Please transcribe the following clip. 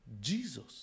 Jesus